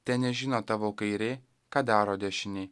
tenežino tavo kairė ką daro dešinė